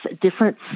different